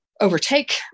overtake